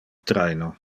traino